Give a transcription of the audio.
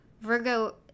Virgo